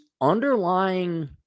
underlying